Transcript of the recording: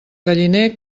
galliner